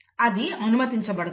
అది అనుమతించబడదు